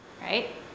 right